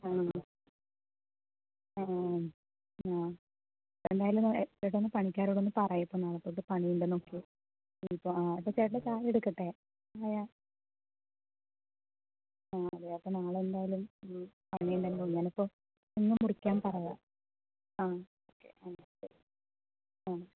ആ ആ ആ ആ ഇപ്പോൾ എന്തായാലും ചേട്ടാ ഒന്ന് പണിക്കാരോടൊന്ന് പറയൂ കേട്ടോ നാളെത്തൊട്ട് പണിയുണ്ടെന്നൊക്കെ ഇനിയിപ്പോൾ അപ്പോൾ ചേട്ടന് ചായയെടുക്കട്ടേ ചായ ആ അതെയോ അപ്പോൾ നാളെയെന്തായാലും പണിയുണ്ടെന്ന് ഞാനപ്പോൾ ഇന്ന് മുറിക്കാൻ പറയാം ആ ഓക്കേ ആ ശരി ആ ശരി